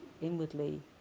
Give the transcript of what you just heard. inwardly